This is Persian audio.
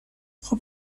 خوب